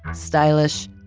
stylish,